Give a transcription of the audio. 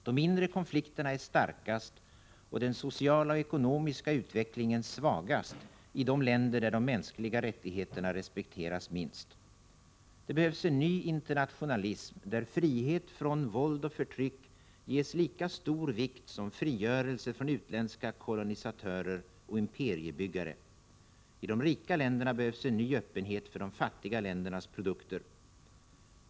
De inre konflikterna är starkast och den sociala och ekonomiska utvecklingen svagast i de länder där de mänskliga rättigheterna respekteras minst. Det behövs en ny internationalism där frihet från våld och förtryck ges lika stor vikt som frigörelse från utländska kolonisatörer och imperiebyggare. I de rika länderna behövs en ny öppenhet för de fattiga ländernas produkter.